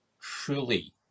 truly